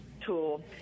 tool